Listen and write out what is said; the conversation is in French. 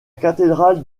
cathédrale